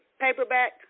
paperback